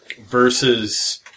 versus